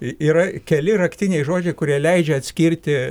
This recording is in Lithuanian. yra keli raktiniai žodžiai kurie leidžia atskirti